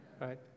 Right